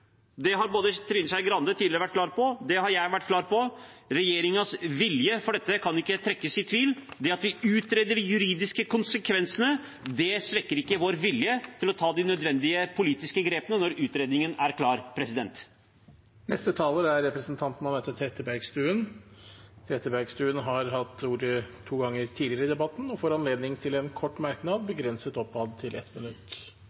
Det har både Trine Skei Grande tidligere vært klar på, og det har jeg vært klar på. Regjeringens vilje for dette kan ikke trekkes i tvil. Det at vi utreder de juridiske konsekvensene, svekker ikke vår vilje til å ta de nødvendige politiske grepene når utredningen er klar. Representanten Anette Trettebergstuen har hatt ordet to ganger tidligere i debatten og får ordet til en kort merknad, begrenset til 1 minutt.